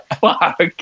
fuck